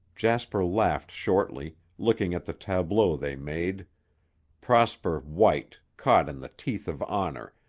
jasper laughed shortly, looking at the tableau they made prosper white, caught in the teeth of honor,